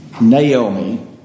Naomi